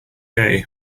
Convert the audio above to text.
play